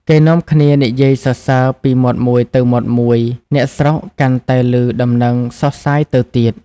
គេនាំគ្នានិយាយសរសើរពីមាត់មួយទៅមាត់មួយ អ្នកស្រុកកាន់តែឮដំណឹងសុសសាយទៅទៀត។